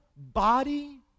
Body